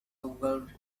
overwhelmed